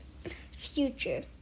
Future